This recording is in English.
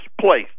place